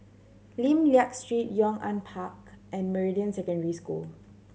Lim Liak Street Yong An Park and Meridian Secondary School